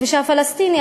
ושהפלסטיני,